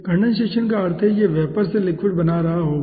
condensation का अर्थ है यह वेपर से लिक्विड बना रहा होगा